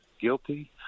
guilty